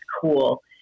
cool